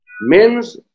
Men's